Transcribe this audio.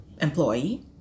employee